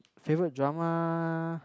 favourite drama